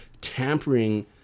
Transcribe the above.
tampering